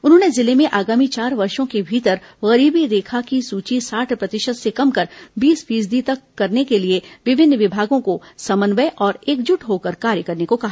उन्होंने जिले में आगामी चार वर्षो के भीतर गरीबी रेखा की सूची साठ प्रतिशत से कम कर बीस फीसदी तक करने के लिए विभिन्न विभागों को समन्वय और एकजुट होकर कार्य करने को कहा